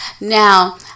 Now